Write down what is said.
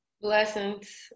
Blessings